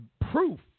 proof